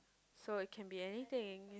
so it can be anything